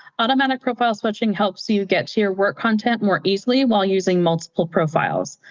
automatic profile switching helps you get to your work content more easily while using multiple profiles.